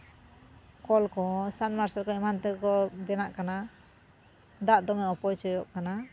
ᱠᱚᱞ ᱠᱚ ᱥᱟᱵᱽᱢᱟᱨᱥᱮᱞ ᱠᱚ ᱮᱢᱟᱱ ᱛᱮᱫ ᱠᱚ ᱵᱮᱱᱟᱜ ᱠᱟᱱᱟ ᱫᱟᱜ ᱫᱚᱢᱮ ᱚᱯᱚᱪᱚᱭᱚᱜ ᱠᱟᱱᱟ